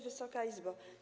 Wysoka Izbo!